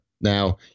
Now